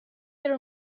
there